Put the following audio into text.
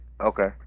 Okay